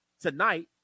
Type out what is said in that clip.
tonight